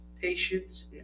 patience